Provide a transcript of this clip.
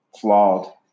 flawed